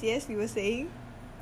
I forget already